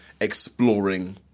exploring